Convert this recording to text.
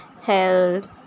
held